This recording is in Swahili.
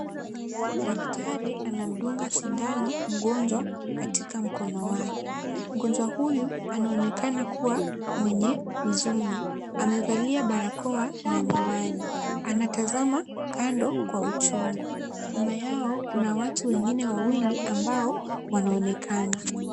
Daktari anamdunga sindano mgonjwa katika mkono wake. Mgonjwa huyu anaonekana kuwa mwenye huzuni. Amevalia barakoa na miwani. Anatazama kando kwa uchungu. Nyuma yao kuna watu wengine wawili ambao wanaonekana.